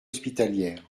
hospitalières